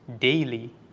daily